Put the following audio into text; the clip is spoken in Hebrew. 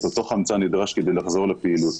את אותו חמצן נדרש כדי לחזור לפעילות.